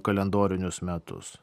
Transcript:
kalendorinius metus